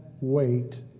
wait